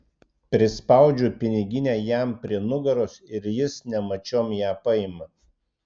prispaudžiu piniginę jam prie nugaros ir jis nemačiom ją paima